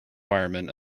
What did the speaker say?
firemen